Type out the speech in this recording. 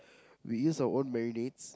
we use our own marinates